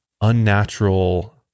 unnatural